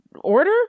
order